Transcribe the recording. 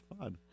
fun